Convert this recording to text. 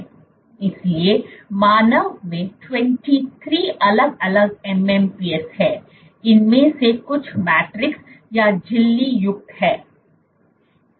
इसलिए मानव में 23 अलग अलग MMPs हैं इनमें से कुछ मैट्रिक्स या झिल्ली युक्त हैं